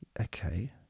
Okay